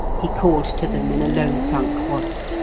he called to them in a low-sunk voice.